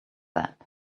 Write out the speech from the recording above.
that